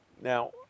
Now